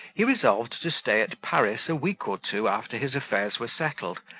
he resolved to stay at paris a week or two after his affairs were settled,